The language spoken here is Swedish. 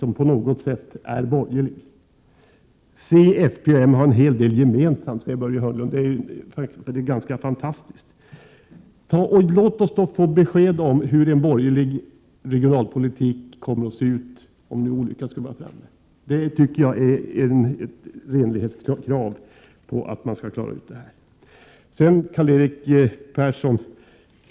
Centern, folkpartiet och moderaterna har en hel del gemensamt, säger Börje Hörnlund, och det är ganska fantastiskt. Låt oss då få besked om hur en borgerlig regionalpolitik kommer att se ut, om olyckan skulle vara framme! Jag tycker att det är ett renlighetskrav att det klaras ut.